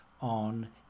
on